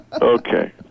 Okay